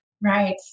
Right